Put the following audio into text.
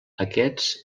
aquests